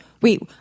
Wait